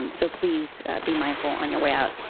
um so please be mindful on your way out.